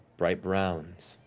bright browns,